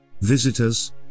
Visitors